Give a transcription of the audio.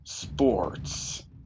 Sports